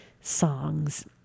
songs